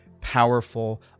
powerful